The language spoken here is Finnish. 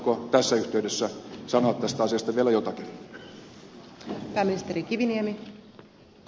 haluatteko tässä yhteydessä sanoa tästä asiasta vielä jotakin